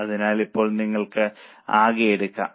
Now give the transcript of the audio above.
അതിനാൽ ഇപ്പോൾ നിങ്ങൾക്ക് ആകെ എടുക്കാം